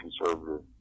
conservative